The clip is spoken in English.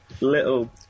little